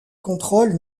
contrôle